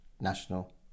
National